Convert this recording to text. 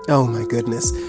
oh, my goodness.